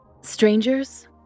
Strangers